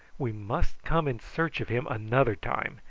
we must come in search of him another time.